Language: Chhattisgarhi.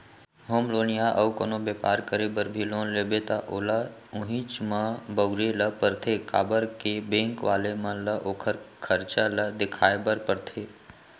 होम लोन या अउ कोनो बेपार करे बर भी लोन लेबे त ओला उहींच म बउरे ल परथे काबर के बेंक वाले मन ल ओखर खरचा ल देखाय बर परथे